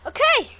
Okay